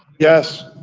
yes.